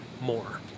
more